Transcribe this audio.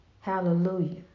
Hallelujah